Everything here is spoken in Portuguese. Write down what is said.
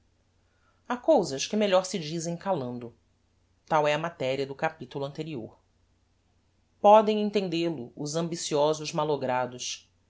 ha cousas que melhor se dizem calando tal é a materia do capitulo anterior podem entendel o os ambiciosos mallogrados